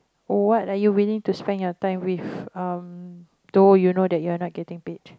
what are you willing to spend your time with um though you know that your not getting paid